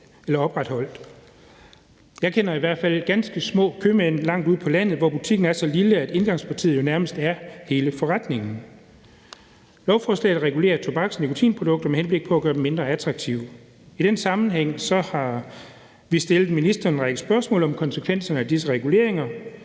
Jeg kender i hvert fald ganske små købmænd langt ude på landet, hvor butikken er så lille, at indgangspartiet jo nærmest er hele forretningen. Lovforslaget regulerer tobaks- og nikotinprodukter med henblik på at gøre dem mindre attraktive. I den sammenhæng har vi stillet ministeren en række spørgsmål om konsekvenserne af disse reguleringer,